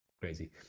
crazy